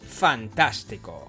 fantástico